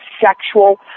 sexual